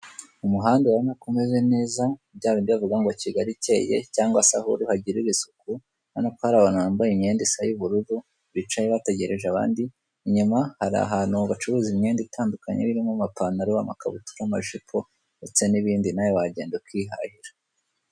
Umuhanda ubona ko umeze neza byabindi bavuga ngo Kigali icyeye cyangwa se aho uri uhagirire isuku urabona ko hari abantu bambaye imyenda isa y'ubururu bicaye bategereje abandi, inyuma hari ahantu bacuruza imyenda itandukanye iba irimo apantaro, amakabutura, amajipo ndetse n'ibindi nawe wagenda ukihahira.